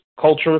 culture